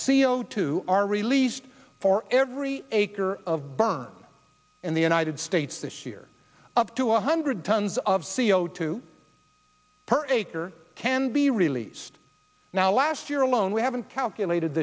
c o two are released for every acre of burn in the united states this year up to one hundred tons of c o two per acre can be released now last year alone we haven't calculated